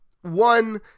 one